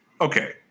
okay